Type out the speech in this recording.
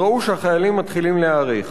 הם ראו שהחיילים מתחילים להיערך.